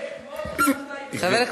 ותושב חברון,